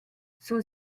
son